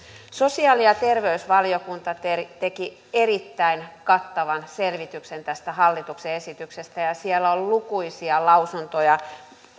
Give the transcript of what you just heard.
sosiaali ja terveysvaliokunta teki erittäin kattavan selvityksen tästä hallituksen esityksestä ja siellä on lukuisia lausuntoja